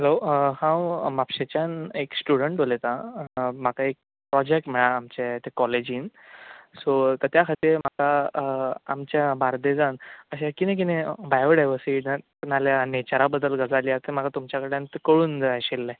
hello हांव म्हापशेच्यान एक स्टुडंट उलयतां म्हाका एक प्रोजेक्ट मेळ्ळा आमच्या कॉलेजींत सो त्या खातीर म्हाका बार्देजांत अशें कितें कितें बायोडायवर्सीटी ना जाल्यार नेचरा बद्दल गजाली आसा त्यो म्हाका तुमचे कडल्यान कळूंक जाय आशिल्लें